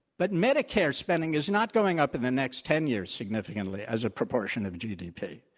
but medicare spending is not going up in the next ten years significantly as a proportion of gdp.